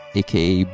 aka